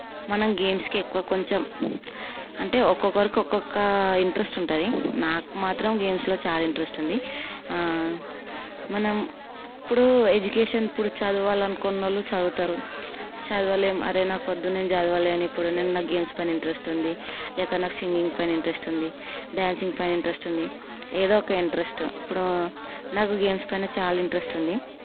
మనం గేమ్స్కి ఎక్కువ కొంచెం అంటే ఒక్కొక్కరికి ఒక్కొక్క ఇంట్రెస్ట్ ఉంటుంది నాకు మాత్రం గేమ్స్లో చాలా ఇంట్రెస్ట్ ఉంది మనం ఇప్పుడు ఎడ్యుకేషన్ ఇప్పుడు చదవాలి అనుకుని వాళ్ళు చదువుతారు చదవలేం నాకొద్దు నేను చదవలేను ఇప్పుడు నాకు గేమ్స్ పైన ఇంట్రెస్ట్ ఉంది లేదా నాకు సింగింగ్ పైన ఇంట్రెస్ట్ ఉంది డాన్సింగ్ పైన ఇంట్రెస్ట్ ఉంది ఏదో ఒక ఇంట్రెస్ట్ ఇప్పుడు నాకు గేమ్స్ పైన చాలా ఇంట్రెస్ట్ ఉంది